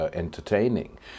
entertaining